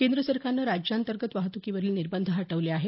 केंद्रसरकारनं राज्यांतर्गत वाहतुकीवरील निर्बंध हटवले आहेत